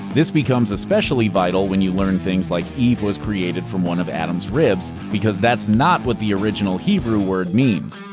this becomes especially vital when you learn things like eve was created from one of adam's ribs, because that's not what the original hebrew word means.